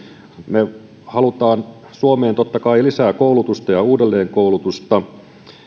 me haluamme suomeen totta kai lisää koulutusta ja uudelleenkoulutusta